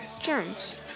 germs